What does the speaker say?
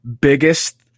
biggest